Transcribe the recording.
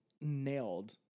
nailed